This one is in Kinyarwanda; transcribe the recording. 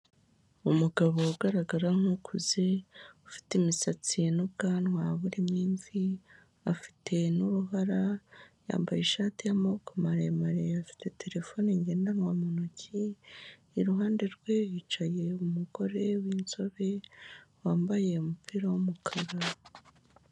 Umugabo ugaragara nk'ukuze ufite imisatsi n'ubwanwa burimo imvi, afite n'uruhara yambaye ishati y'amaboko maremare afite terefone ngendanwa mu ntoki, iruhande rwe hicaye umugore w'inzobe wambaye umupira w'umukara.